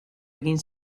egin